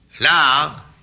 now